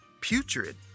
putrid